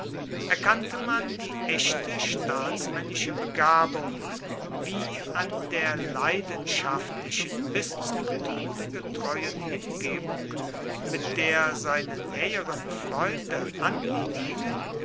erkannte man die echte staatsmännische begabung wie an der leidenschaftlichen bis zum tode getreuen hingebung mit der seine näheren freunde an ihm hingen